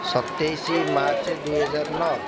ସତେଇଶ ମାର୍ଚ୍ଚ ଦୁଇହଜାର ନଅ